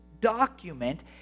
document